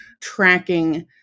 tracking